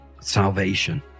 salvation